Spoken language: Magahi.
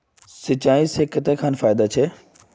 सिंचाई से कते खान फायदा छै?